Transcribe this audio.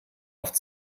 oft